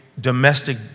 domestic